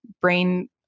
brain